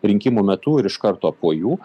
rinkimų metu ir iš karto po jų